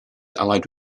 allied